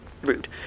Rude